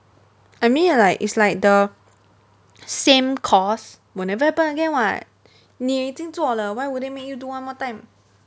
I mean like it's like the same course will never happen again [what] 你已经做了 why would they make you do one more time